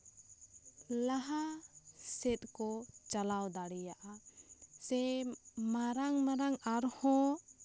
ᱞᱟᱦᱟ ᱥᱮᱫ ᱠᱚ ᱪᱟᱞᱟᱣ ᱫᱟᱲᱮᱭᱟᱜᱼᱟ ᱥᱮ ᱢᱟᱨᱟᱝ ᱢᱟᱨᱟᱝ ᱟᱨᱦᱚᱸ